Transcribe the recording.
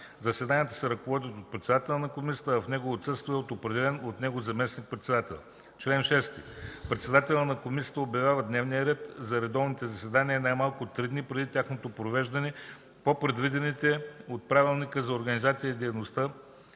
Заседанията се ръководят от председателя на Комисията, а в негово отсъствие – от определен от него заместник-председател. Чл. 6. Председателят на Комисията обявява дневния ред за редовните заседания най-малко три дни преди тяхното провеждане по предвидените в Правилника за организацията и дейността